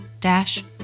dash